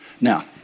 Now